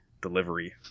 delivery